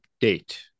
date